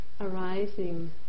arising